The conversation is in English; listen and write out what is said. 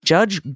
Judge